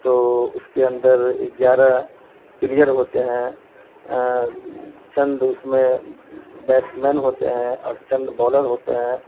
تو اس کے اندر گیارہ پلیئر ہوتے ہیں چند اس میں بیٹسمین ہوتے ہیں اور چند بولر ہوتے ہیں